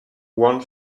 one